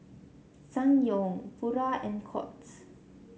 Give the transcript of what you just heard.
Ssangyong Pura and Courts